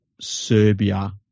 Serbia